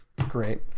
great